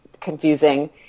confusing